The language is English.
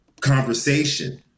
conversation